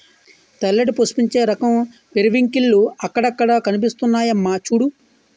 తెల్లటి పుష్పించే రకం పెరివింకిల్లు అక్కడక్కడా కనిపిస్తున్నాయమ్మా చూడూ